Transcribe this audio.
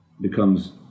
becomes